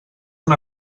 una